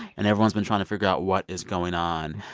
and everyone's been trying to figure out what is going on.